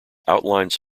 outlines